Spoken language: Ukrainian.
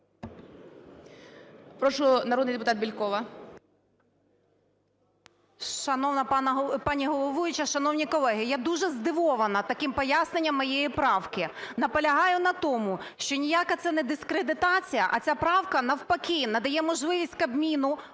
потім народний депутат Бєлькова.